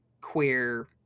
queer